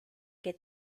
que